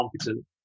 competent